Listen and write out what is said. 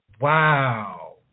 Wow